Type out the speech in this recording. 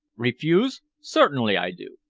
refuse? certainly i do!